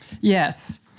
Yes